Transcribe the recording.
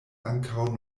ankaŭ